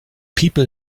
people